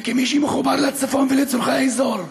וכמי שמחובר לצפון ולצורכי האזור,